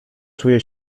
czuje